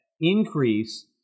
increase